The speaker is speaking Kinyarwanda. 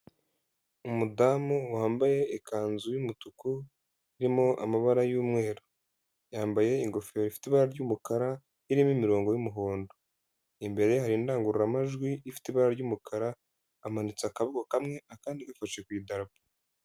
Umudamu wambaye ikanzu y'umutuku irimo amabara y'umweru, yambaye ingofero ifite ibara ry'umukara irimo imirongo y'umuhondo, imbere hari indangururamajwi ifite ibara ry'umukara amanitse akaboko kamwe kandi gafashe ku idarapo.